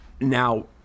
Now